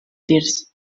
tirs